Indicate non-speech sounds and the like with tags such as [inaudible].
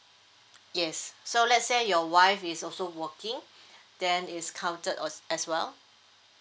yes so let's say your wife is also working [breath] then is counted als~ as well